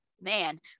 man